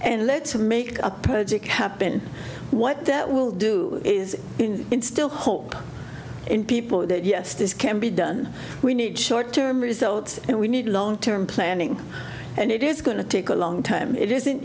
and let's make a project happen what that will do is instill hope in people that yes this can be done we need short term results and we need long term planning and it is going to take a long time it isn't